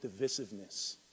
divisiveness